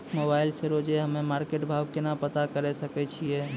Mobile से रोजे हम्मे मार्केट भाव केना पता करे सकय छियै?